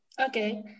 okay